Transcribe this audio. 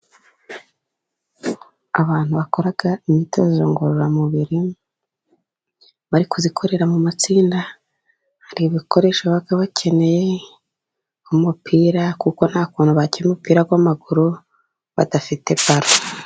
Abantu bakora imyitozo ngororamubiri bari kuyikorera mu matsinda, hari ibikoresho baba bakeneye. Nk'umupira kuko nta kuntu bakina umupira w'amaguru badafite balo.